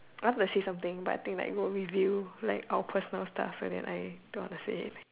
I want to say something but I think like will reveal like our personal stuff and then I don't want to say